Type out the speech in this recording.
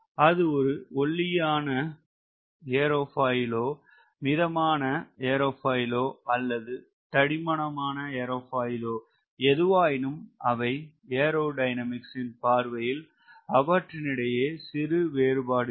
அது ஒரு ஒல்லியான ஏரோபாயிலோ மிதமான ஏரோபாயிலோ அல்லது தடிமனான ஏரோபாயிலோ எதுவாயினும் அவை ஏரோடயனமிக்ஸ் ன் பார்வையில் அவற்றினிடையே சிறு வேறுபாடு இருக்கும்